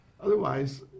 otherwise